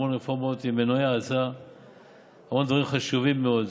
המון רפורמות עם מנועי האצה ועוד דברים חשובים מאוד.